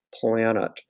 planet